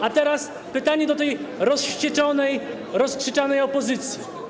A teraz pytanie do rozwścieczonej, rozkrzyczanej opozycji.